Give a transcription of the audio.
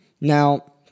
Now